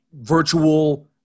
virtual